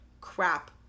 crap